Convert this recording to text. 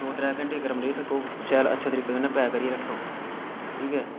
दो त्रै घैंटे गर्म रेही सकोग शैल अच्छे तरीके कन्नै पैक करियै रक्खेओ ठीक ऐ